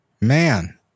Man